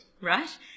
right